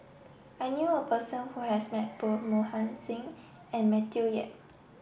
I knew a person who has met both Mohan Singh and Matthew Yap